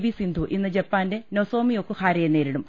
V Sindhu ഇന്ന് ജപ്പാന്റെ Nozomi ഒക്കുഹാരയെ നേരിടും